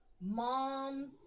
moms